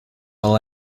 all